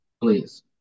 Please